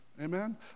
Amen